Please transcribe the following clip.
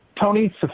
Tony